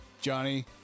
Johnny